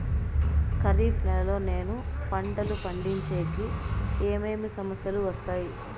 ఖరీఫ్ నెలలో నేను పంటలు పండించేకి ఏమేమి సమస్యలు వస్తాయి?